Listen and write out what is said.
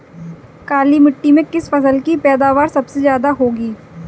काली मिट्टी में किस फसल की पैदावार सबसे ज्यादा होगी?